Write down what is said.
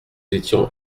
étions